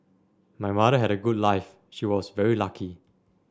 my mother had a good life she was very lucky